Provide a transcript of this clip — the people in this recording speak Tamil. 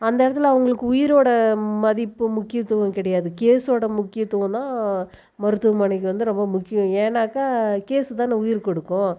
அந்த இடத்தில் அவங்களுக்கு உயிரோடய மதிப்பு முக்கியத்துவம் கிடையாது கேஸ்ஸோடய முக்கியத்துவம் தான் மருத்துவமனைக்கு வந்து ரொம்ப முக்கியம் ஏன்னாக்கா கேஸ் தான் உயிர் கொடுக்கும்